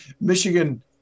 Michigan